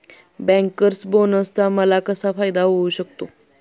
Bankers बोनसचा मला कसा फायदा होऊ शकतो?